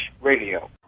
radio